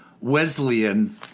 Wesleyan